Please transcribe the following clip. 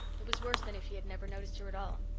it was worse than if he had never noticed her at all.